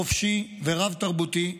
חופשי ורב-תרבותי,